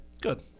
Good